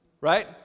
Right